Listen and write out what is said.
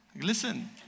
Listen